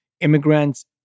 immigrants